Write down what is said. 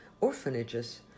orphanages